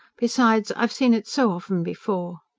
besides, i've seen it so often before.